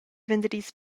venderdis